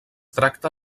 tracta